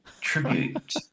tribute